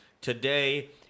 today